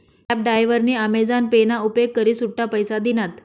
cab डायव्हरनी Amazon pay ना उपेग करी सुट्टा पैसा दिनात